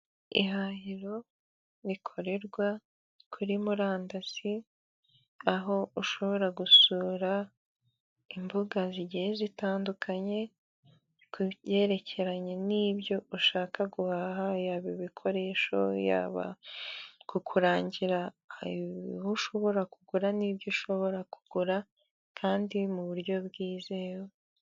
Ihahiro rikorerwa kuri murandasi aho ushobora gusura imbuga zigiye zitandukanye ku byerekeranye n'ibyo ushaka guhaha yaba ibikoresho, yaba kurangira aho ushobora kugura n'ibyo ushobora kugura kandi mu buryo bwizewe.